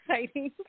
exciting